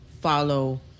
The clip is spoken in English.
follow